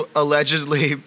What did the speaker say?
allegedly